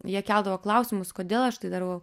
jie keldavo klausimus kodėl aš tai darau